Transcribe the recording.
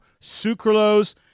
sucralose